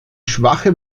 schwache